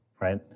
right